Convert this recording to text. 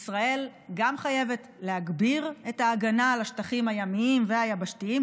ישראל גם חייבת להגביר את ההגנה על השטחים הימיים והיבשתיים,